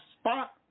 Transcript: spot